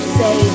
say